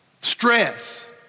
stress